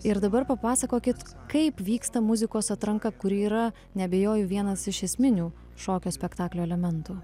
ir dabar papasakokit kaip vyksta muzikos atranka kuri yra neabejoju vienas iš esminių šokio spektaklio elementų